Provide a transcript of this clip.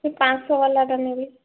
ସେ ପାଞ୍ଚଶହ ବାଲାଟା ନେବି